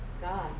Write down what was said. God